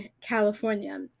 California